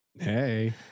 Hey